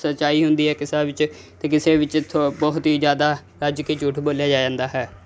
ਸੱਚਾਈ ਹੁੰਦੀ ਹੈ ਕਿਸੇ ਵਿੱਚ ਅਤੇ ਕਿਸੇ ਵਿੱਚ ਬਹੁਤ ਹੀ ਜ਼ਿਆਦਾ ਰੱਜ ਕੇ ਝੂਠ ਬੋਲਿਆ ਜਾਂਦਾ ਹੈ